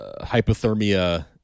hypothermia